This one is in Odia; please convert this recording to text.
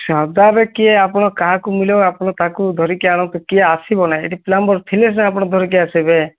ଶୁଣ ତା'ପରେ କିଏ ଆପଣ କାହାକୁ ମିଳିବ ଆପଣ ତାକୁ ଧରିକି ଆଣନ୍ତୁ କିଏ ଆସିବ ନାଇଁ ଏଇଠି ପ୍ଲମ୍ବର୍ ଥିଲେ ସିନା ଧରିକି ଆସିବେ